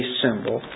symbol